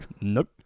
nope